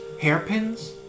Hairpins